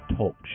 Talk